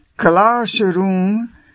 Classroom